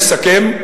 אסכם,